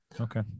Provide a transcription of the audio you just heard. Okay